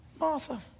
Martha